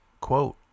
Quote